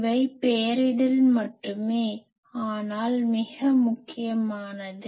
இவை பெயரிடல் மட்டுமே ஆனால் மிக முக்கியமானது